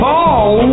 Paul